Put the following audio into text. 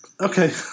Okay